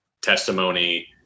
testimony